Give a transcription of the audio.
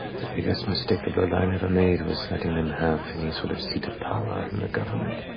the biggest mistake the bloodline ever made was letting them have any sort of seat of power in the government.